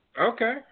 Okay